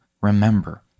Remember